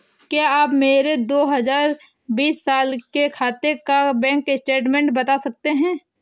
क्या आप मेरे दो हजार बीस साल के खाते का बैंक स्टेटमेंट बता सकते हैं?